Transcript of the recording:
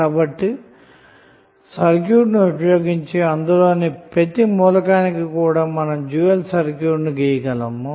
కాబట్టి సర్క్యూట్ ను ఉపయోగించి అందులోని ప్రతి మూలకానికి కూడా మనం డ్యూయల్ సర్క్యూట్ను గీయగలము